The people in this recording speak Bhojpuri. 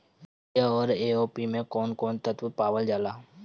यरिया औरी ए.ओ.पी मै कौवन कौवन तत्व पावल जाला?